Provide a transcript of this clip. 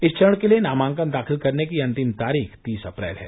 इस चरण के लिये नामांकन दाखिल करने की अन्तिम तारीख तीस अप्रैल है